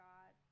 God